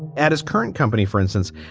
at his current company, for instance,